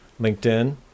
LinkedIn